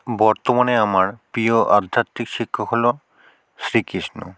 বর্তমানে আমার প্রিয় আধ্যাত্মিক শিক্ষক হলো শ্রীকৃষ্ণ